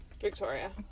Victoria